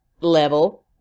level